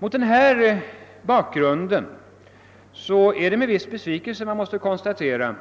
Mot den här bakgrunden är det med en viss besvikelse man måste konstatera